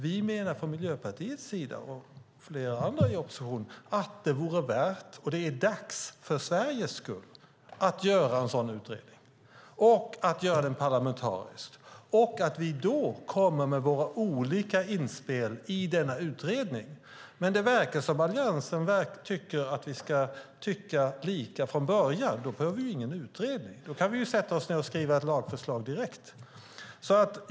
Vi i Miljöpartiet och flera andra i oppositionen menar att det vore värt, och det är dags för Sveriges skull, att göra en sådan utredning och att göra den parlamentarisk. Det är då vi ska komma med våra olika inspel i denna utredning. Men det verkar som om Alliansen tycker att vi ska tycka lika från början, men då behöver vi ingen utredning. Då kan vi sätta oss ned och skriva ett lagförslag direkt.